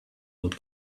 old